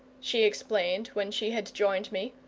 she explained, when she had joined me,